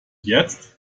jetzt